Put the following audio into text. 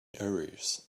arrears